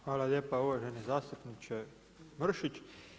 Hvala lijepa uvaženi zastupniče Mrsić.